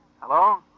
Hello